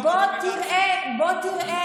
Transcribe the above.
בוא תראה,